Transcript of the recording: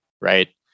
right